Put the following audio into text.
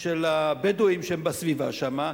של הבדואים שבסביבה שם,